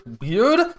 weird